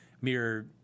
mere